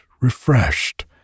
refreshed